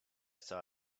saw